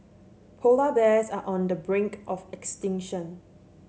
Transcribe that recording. polar bears are on the brink of extinction